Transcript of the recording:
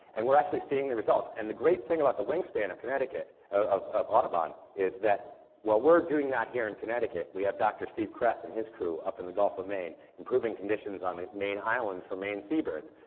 and we're actually seeing the results. and the great thing about the wingspan of connecticut, of of audubon, is that while we're doing that here in connecticut, we have dr. steve kress and his crew up in the gulf of maine improving conditions on the maine islands for maine seabirds.